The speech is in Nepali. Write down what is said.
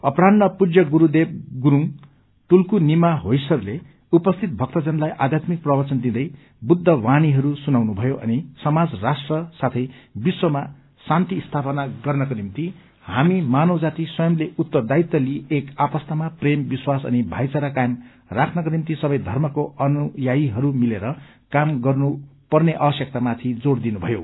अपरान्ह पूज्य गुरूदेव गुरुङ टुल्कू निमा होइसरले उपस्थित भक्तजनलाई अध्यात्मिक प्रवचन दिदै बुद्धवाणीहरू सुनाउनुभयो अनि समाज राष्ट्र साथै विश्वमा शान्ति स्थापना गर्नको निम्ति हामी मानव जाति स्यवंले उत्तरदायित्व लिई एक आपस्तमा प्रेम विश्वास अनि भाइचारा कायम राख्नको निम्ति सबै धर्मका अनुयायीहरू मिलेर काम गर्नु पर्ने आवश्यकतामाथि जोड़ दिनुभयो